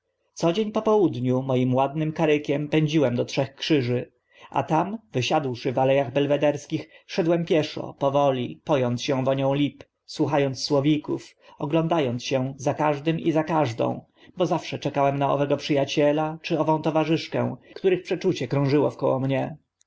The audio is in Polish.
co dzień po południu moim ładnym karyklem pędziłem do trzech krzyży a tam wysiadłszy w ale ach belwederskich szedłem pieszo powoli po ąc się wonią lip słucha ąc słowików ogląda ąc się za każdym i za każdą bo zawsze czekałem na owego przy aciela czy ową towarzyszkę których przeczucie krążyło wkoło mnie